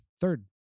Third